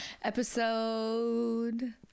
episode